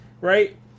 right